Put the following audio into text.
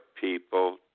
people